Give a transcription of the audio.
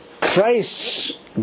Christ's